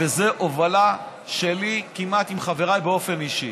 וזו הובלה שלי כמעט עם חבריי באופן אישי.